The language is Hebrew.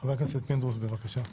חבר הכנסת פינדרוס, בבקשה.